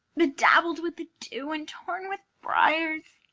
bedabbled with the dew, and torn with briers,